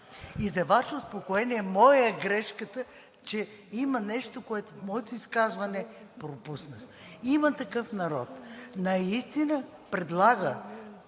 И за Ваше успокоение, моя е грешката, че има нещо, което в моето изказване пропуснах. „Има такъв народ“ наистина предлага